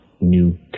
new